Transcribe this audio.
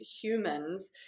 humans